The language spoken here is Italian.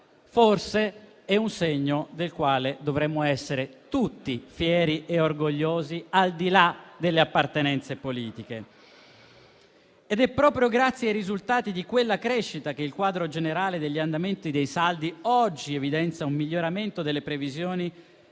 forse è un segno del quale dovremmo essere tutti fieri e orgogliosi, al di là delle appartenenze politiche. È proprio grazie ai risultati di quella crescita che il quadro generale degli andamenti dei saldi oggi evidenzia un miglioramento delle previsioni